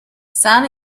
sun